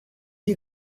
you